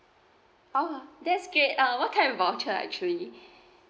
oh that's great uh what kind of voucher actually